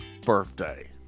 birthday